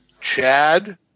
Chad